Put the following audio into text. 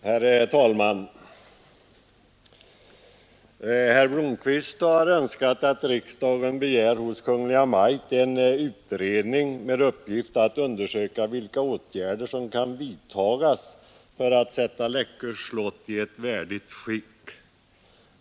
Herr talman! Herr Blomkvist har i sin motion föreslagit att riksdagen hos Kungl. Maj:t hemställer om en utredning med uppgift att undersöka vilka åtgärder som behöver vidtagas för att sätta Läckö slott i ett värdigt skick.